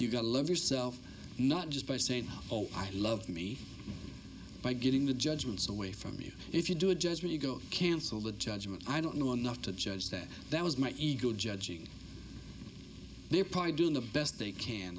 you gotta love yourself not just by saying oh i love me by getting the judgments away from you if you do a gesture you go cancel the judgment i don't know enough to judge that that was my ego judging they're probably doing the best they can